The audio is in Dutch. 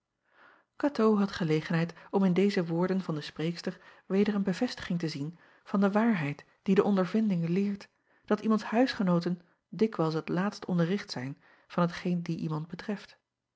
atoo had gelegenheid om in deze woorden van de spreekster weder een bevestiging te zien van de waarheid die de ondervinding leert dat iemands huisgenooten dikwijls t laatst onderricht zijn van t geen die iemand betreft